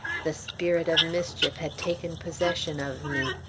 the spirit of mischief had taken possession of me.